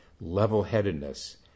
level-headedness